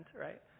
right